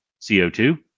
CO2